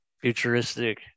futuristic